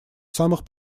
самых